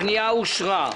הפניות אושרו.